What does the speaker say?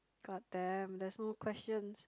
god damn there's no questions